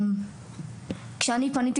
כשפניתי